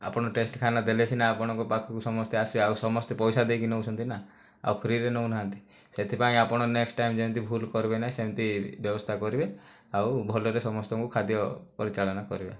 ଆପଣ ଟେଷ୍ଟ ଖାନା ଦେଲେ ସିନା ଆପଣଙ୍କ ପାଖକୁ ସମସ୍ତେ ଆସିବେ ଆଉ ସମସ୍ତେ ପଇସା ଦେଇକି ନେଉଛନ୍ତି ନା ଆଉ ଫ୍ରିରେ ନେଉନାହାନ୍ତି ସେଥିପାଇଁ ଆପଣ ନେକ୍ସଟ ଟାଇମ୍ ଯେମିତି ଭୁଲ କରିବେ ନାହିଁ ସେମିତି ବ୍ୟବସ୍ଥା କରିବେ ଆଉ ଭଲରେ ସମସ୍ତଙ୍କୁ ଖାଦ୍ୟ ପରିଚାଳନା କରିବେ